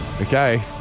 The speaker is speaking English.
Okay